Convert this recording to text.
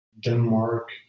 Denmark